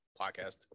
podcast